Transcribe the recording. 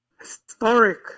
historic